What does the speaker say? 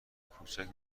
کوچک